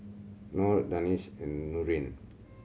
Nor Danish and Nurin